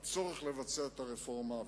על הצורך לבצע את הרפורמה,